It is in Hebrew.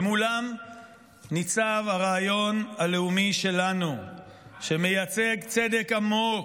ומולם ניצב הרעיון הלאומי שלנו שמייצג צדק עמוק,